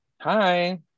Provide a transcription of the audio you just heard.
Hi